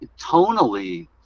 tonally